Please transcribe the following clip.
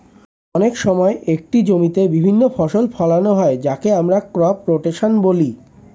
অনেক সময় একটি জমিতে বিভিন্ন ফসল ফোলানো হয় যাকে আমরা ক্রপ রোটেশন বলি